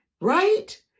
Right